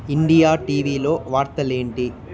India టివిలో వార్తలేంటి